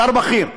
שר בכיר,